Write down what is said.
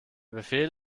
befehl